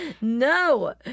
no